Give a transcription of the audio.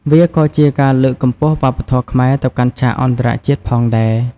វាក៏ជាការលើកកម្ពស់វប្បធម៌ខ្មែរទៅកាន់ឆាកអន្តរជាតិផងដែរ។